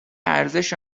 ارزش